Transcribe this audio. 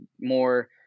more